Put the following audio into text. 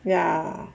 ya